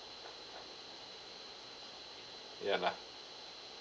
ya lah